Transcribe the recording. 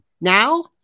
Now